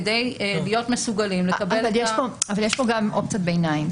כדי להיות מסוגלים לקבל --- יש פה גם אופציית ביניים.